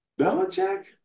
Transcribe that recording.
Belichick